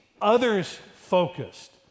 others-focused